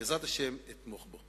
בעזרת השם, אתמוך בו.